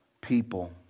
people